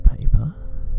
paper